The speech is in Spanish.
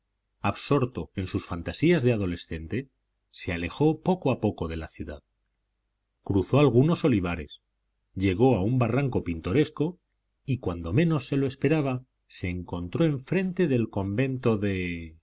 absorto en sus fantasías de adolescente se alejó poco a poco de la ciudad cruzó algunos olivares llegó a un barranco pintoresco y cuando menos lo esperaba se encontró enfrente del convento de